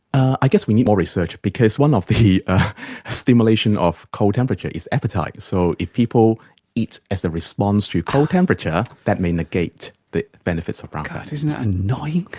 i guess we need more research because one of the stimulation of cold temperature is appetite. so if people eat as a response to cold temperature, that may negate the benefits of brown fat. isn't that annoying!